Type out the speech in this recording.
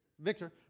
Victor